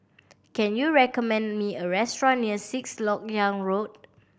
can you recommend me a restaurant near Sixth Lok Yang Road